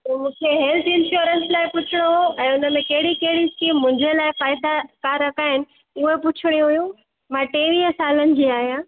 त मूंखे health insurance लाइ पुछिणो हुयो ऐं उनमें कहिड़ी कहिड़ी कीअं मुंहिंजे लाइ फ़ाइदा कारक आहिनि उहे पुछिणी हुयूं मां टेवीह सालनि जी आहियां